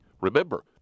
Remember